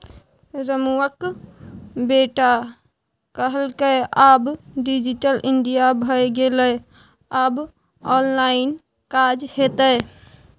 रमुआक बेटा कहलकै आब डिजिटल इंडिया भए गेलै आब ऑनलाइन काज हेतै